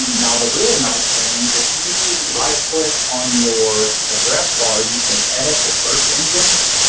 now the really nice thing if you right click on your address bar you can edit the search engines.